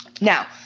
Now